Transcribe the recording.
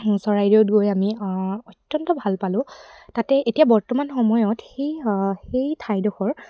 চৰাইদেউত গৈ আমি অত্যন্ত ভাল পালোঁ তাতে এতিয়া বৰ্তমান সময়ত সেই সেই ঠাইডখৰ